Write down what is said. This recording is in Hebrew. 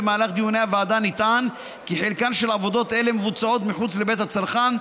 במהלך דיוני הוועדה נטען כי חלק מעבודות אלה מבוצעות מחוץ לבית הצרכן,